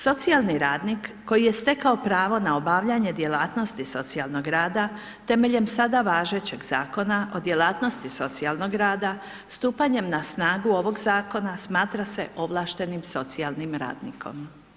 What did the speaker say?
Socijalni radnik, koji je stekao pravo na obavljanje djelatnosti socijalnog rada, temeljem sa važećeg zakona o djelatnosti socijalnog rada, stupanje na snagu ovog zakona, smatra se povlaštenim socijalnim radnikom.